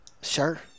Sure